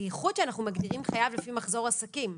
בייחוד כשאנחנו מגדירים חייב לפי מחזור עסקים,